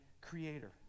creator